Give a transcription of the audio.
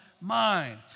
mind